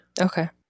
Okay